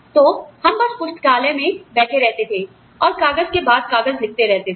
तो हम बस पुस्तकालय में बैठे रहते थे और कागज के बाद कागज लिखते रहते थे